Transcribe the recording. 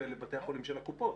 לבתי החולים של הקופות.